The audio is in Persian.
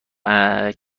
خرد